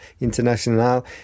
International